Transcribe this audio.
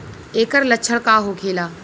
ऐकर लक्षण का होखेला?